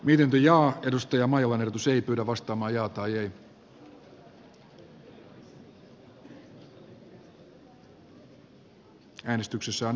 miten viljaa edusti a moilanen pysyi kannatan tehtyä esitystä